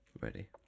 ready